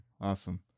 Awesome